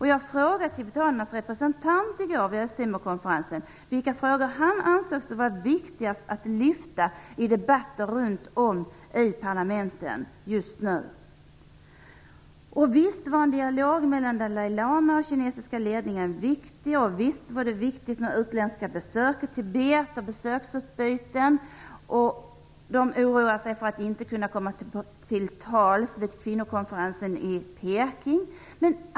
I går frågade jag tibetanernas representant vid Östtimorkonferensen vilka frågor han ansåg vara viktigast att lyfta fram i debatter runt om i parlamenten just nu. Han menade att visst var en dialog mellan Dalai Lama och den kinesiska ledningen viktig och visst var det viktigt med utländska besök i Tibet och besöksutbyten. De oroar sig för att inte kunna komma till tals vid kvinnokonferensen i Peking.